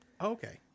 Okay